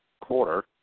quarter